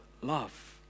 love